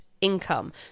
Income